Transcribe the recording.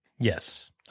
Yes